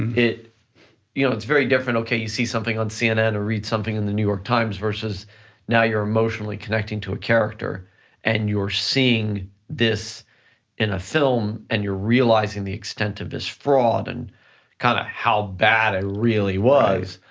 you know it's very different. okay, you see something on cnn or read something in the new york times versus now you're emotionally connecting to a character and you're seeing this in a film and you're realizing the extent of his fraud and kind of how bad it ah really was.